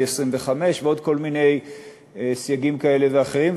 25 ועוד כל מיני סייגים כאלה ואחרים,